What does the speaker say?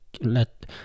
let